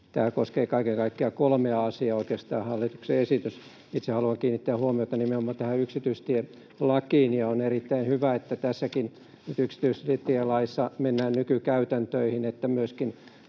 koskee kaiken kaikkiaan kolmea asiaa. Itse haluan kiinnittää huomiota nimenomaan tähän yksityistielakiin. On erittäin hyvä, että nyt tässä yksityistielaissakin mennään nykykäytäntöihin, että myöskin